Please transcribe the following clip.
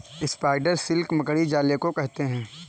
spider silk मकड़ी जाले को कहते हैं